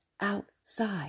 outside